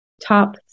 top